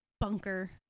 Bunker